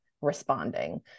responding